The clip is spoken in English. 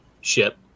ship